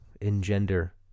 engender